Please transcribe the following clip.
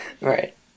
right